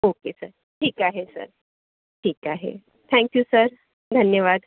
okay sir ठीक आहे sir ठीक आहे थँक्यू सर धन्यवाद